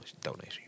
donation